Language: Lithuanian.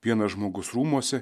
vienas žmogus rūmuose